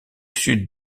sud